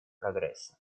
прогресса